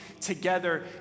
together